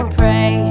pray